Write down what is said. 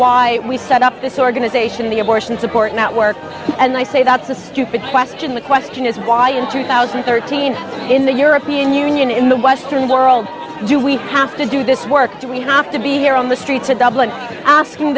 why we set up this organization the abortion support network and i say that's a stupid question the question is why in two thousand and thirteen in the european union in the western world do we have to do this work do we have to be here on the streets of dublin asking